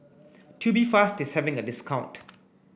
Tubifast is having a discount